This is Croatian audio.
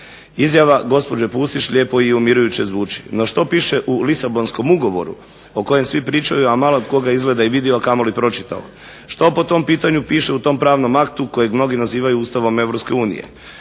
Izjava gospođe Pusić lijepo i umirujuće zvuči, no što piše u Lisabonskom ugovoru o kojem svi pričaju a malo tko ga je izgleda vidio a kamoli pročitao, što po tom pitanju piše u tom pravnom aktu kojega mnogi nazivaju Ustavom